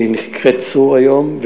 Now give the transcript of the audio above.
שנקראת "צור" היום,